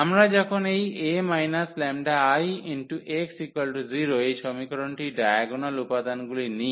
আমরা যখন এই A 𝜆𝐼x 0 এই সমীকরণটির ডায়াগোনাল উপাদানগুলি নিই